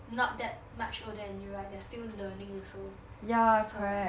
not that much older than you right they are still learning also so